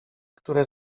które